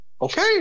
okay